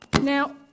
Now